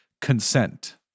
consent